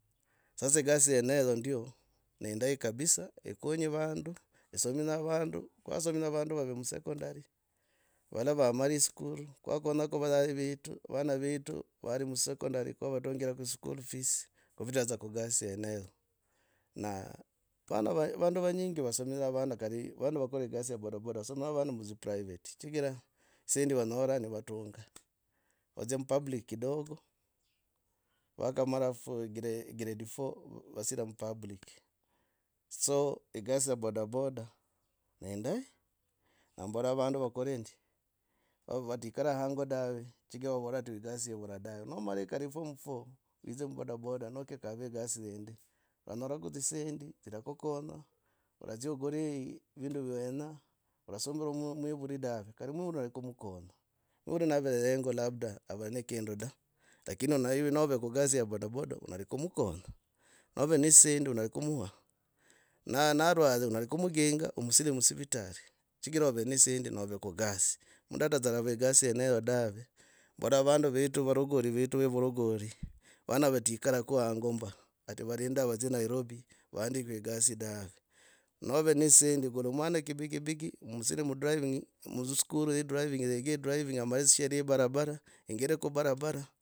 Sasa gasi yeneyo dza ndyo nzindahi kabisa ikanyi vandu. Isomidza vandu. Kwasomidza vandu valve musecondary valala vamare iskuru, kwankanyaka vayai vetu vana vetu vari musecondary. kwavatungirako school fees kuvita dzo kugasi yeneyo na va vandu vanyingi vasomidza vana kari vandu vakora egas ya bodaboda vasomya wana mu de private chigira dzisendi vanyora nivatunga wadzia mu public kidogo vakamara four. grade four vasira mupublic so gasi ya boda boda neindahi. Nambola vandu vakore ndi vave. Valigara hango dave chigira vavora gasi ivura dave. Nomal kari form four widze mubodaboda naki kava egasi indi oranyarako dzisendi, dzirakukonyo oradza ogurehi vindu vwe wenya. orasumbe mvivuli dave kari mwivuri onyera kumkonya. Noula navere hengo labda ave ne kindu da. lakini na ive nave ku gasi ya boda boda unari kumukonya. Nove ne dzisend unari unari kumuha. Na narwahi unari kumuginga umisire musivitari chigira ove d ne dzisendi nove kugas. Mundu atadzarava egasi yeneyo dave. Mbola vandu vetu, varogori vetu vana vatigarako hango mba ati varinda vodzyo nairobi. Vaandikwe gasi dave nove ne dzisendi guula mwana kibigibigi musire mu driving mudziskuru ya driving. yeke driving amare dzi sheria ye barabara. yengire ku barabara.